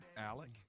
Alec